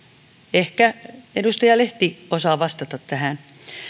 ehkä edustaja lehti osaa vastata tähän